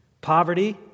poverty